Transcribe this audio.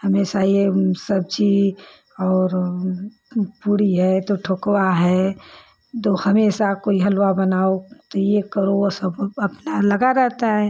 हमेशा यह सब्ज़ी पूड़ी है तो ठकुआ है तो हमेशा कोई हलवा बनाओ कोई यह करो तो अपना यह सब लगा रहता है